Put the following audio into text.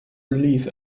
relief